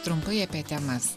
trumpai apie temas